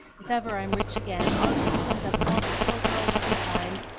if ever i'm rich again, i'll just hunt up all the poor girls i can find,